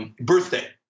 birthday